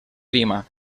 lima